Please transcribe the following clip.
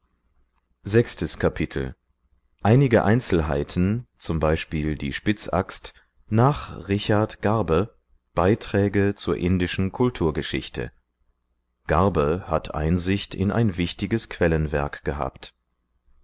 sechstes kapitel einige einzelheiten z b die spitzaxt nach richard garbe beiträge zur indischen kulturgeschichte g hat einsicht in ein wichtiges quellenwert gehabt